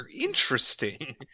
Interesting